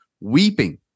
weeping